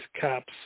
caps